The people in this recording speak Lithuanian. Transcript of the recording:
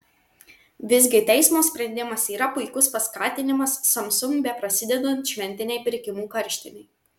visgi teismo sprendimas yra puikus paskatinimas samsung beprasidedant šventinei pirkimų karštinei